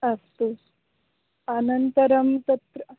अस्तु अनन्तरं तत्र